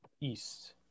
East